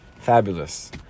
fabulous